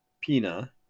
Pina